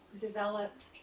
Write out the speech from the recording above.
developed